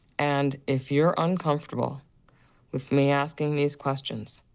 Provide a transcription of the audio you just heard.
and if you're uncomfortable with me asking these questions,